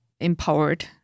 empowered